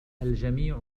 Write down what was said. الجميع